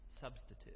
substitute